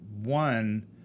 one